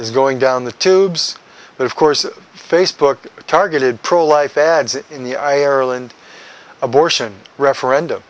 is going down the tubes but of course facebook targeted pro life ads in the ireland abortion referendum